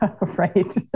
Right